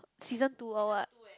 season two or what